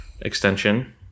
Extension